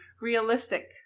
realistic